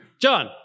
John